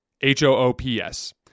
H-O-O-P-S